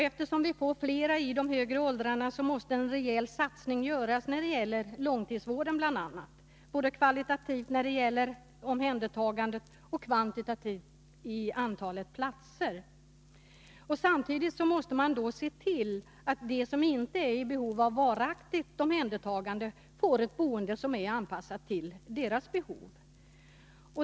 Eftersom vi får fler i de högre åldrarna, måste en rejäl satsning till när det gäller långtidsvården, både kvalitativt när det gäller omhändertagandet och kvantitativt i antalet platser. Samtidigt måste man se till att de som inte är i behov av varaktigt omhändertagande får ett boende som är anpassat till deras behov.